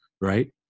Right